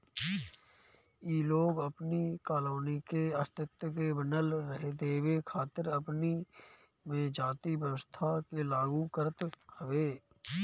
इ लोग अपनी कॉलोनी के अस्तित्व के बनल रहे देवे खातिर अपनी में जाति व्यवस्था के लागू करत हवे